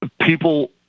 people